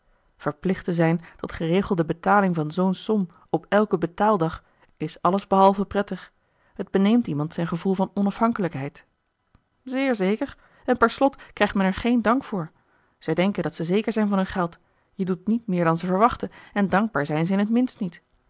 te zijn tot geregelde betaling van zoo'n som op elken betaaldag is alles behalve prettig t beneemt iemand zijn gevoel van onafhankelijkheid zeer zeker en per slot krijgt men er geen dank voor zij denken dat ze zeker zijn van hun geld je doet niet meer dan ze verwachten en dankbaar zijn ze in t minst niet